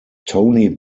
tony